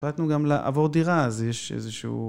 החלטנו גם לעבור דירה אז יש איזשהו